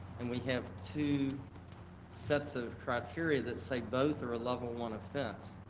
and we have two sets of criteria that say both are a level one offense.